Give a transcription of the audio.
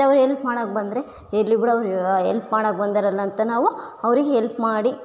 ಮತ್ತೆ ಅವ್ರು ಹೆಲ್ಪ್ ಮಾಡೋಕ್ಕೆ ಬಂದರೆ ಹೆ ಇರಲಿ ಬಿಡು ಅವ್ರು ಎಲ್ಪ್ ಮಾಡೋಕ್ಕೆ ಬಂದರಲ್ಲಾ ಅಂತ ನಾವು ಅವರಿಗೆ ಹೆಲ್ಪ್ ಮಾಡಿ